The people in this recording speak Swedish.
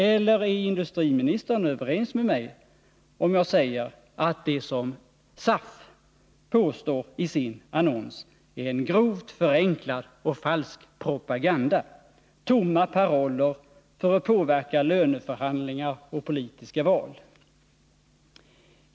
Eller är industriministern överens med mig, om jag säger att det som SAF påstår i sin annons är en grovt förenklad och falsk propaganda, tomma paroller för att påverka löneförhandlingar och politiska val?